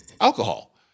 alcohol